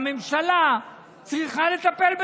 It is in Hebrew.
הממשלה צריכה לטפל בהם,